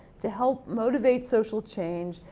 to help motivate social change,